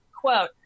quote